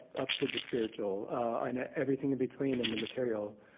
up to the spiritual and everything in between in the material.